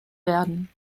werden